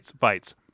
fights